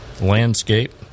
landscape